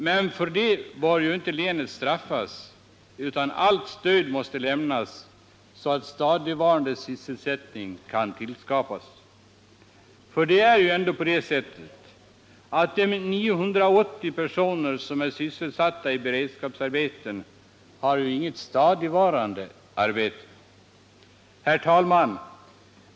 Men för det bör inte länet straffas, utan allt stöd måste ges så att stadigvarande sysselsättning kan tillskapas. Det är ju ändå så att de 980 personer som är sysselsatta i beredskapsarbeten inte har något stadigvarande arbete. Herr talman!